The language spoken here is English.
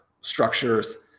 structures